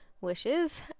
wishes